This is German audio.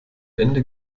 ende